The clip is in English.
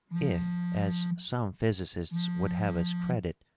if, as some physicists would have us credit,